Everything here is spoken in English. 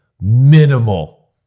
minimal